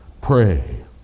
Pray